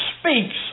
speaks